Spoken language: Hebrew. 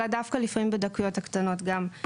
אלא דווקא לפעמים בדקויות הקטנות גם.